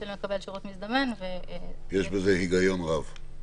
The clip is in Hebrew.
יש בזה היגיון רב.